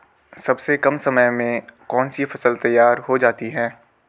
सबसे कम समय में कौन सी फसल तैयार हो जाती है?